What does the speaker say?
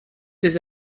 ses